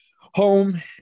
home